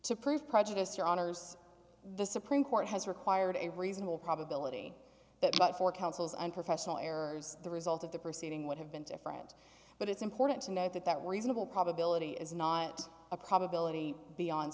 to prove prejudice your honour's the supreme court has required a reasonable probability that but for counsel's unprofessional errors the result of the proceeding would have been different but it's important to note that that reasonable probability is not a probability beyond